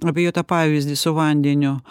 apie jo tą pavyzdį su vandeniu